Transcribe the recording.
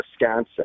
Wisconsin